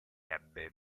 ebbe